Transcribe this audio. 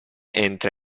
entra